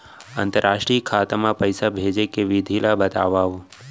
अंतरराष्ट्रीय खाता मा पइसा भेजे के विधि ला बतावव?